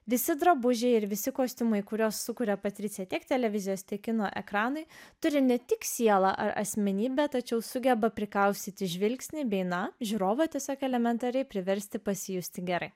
visi drabužiai ir visi kostiumai kuriuos sukuria patricija tiek televizijos tikino ekranai turi ne tik sielą ar asmenybę tačiau sugeba prikaustyti žvilgsnį bei na žiūrovą tiesiog elementariai priversti pasijusti gerai